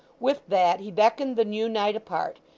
with that, he beckoned the new knight apart,